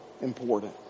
important